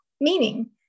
meaning